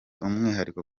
umwihariko